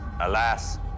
Alas